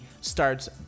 starts